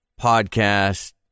podcast